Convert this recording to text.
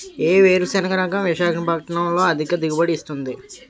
ఏ వేరుసెనగ రకం విశాఖపట్నం లో అధిక దిగుబడి ఇస్తుంది?